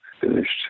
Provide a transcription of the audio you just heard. finished